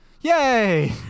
Yay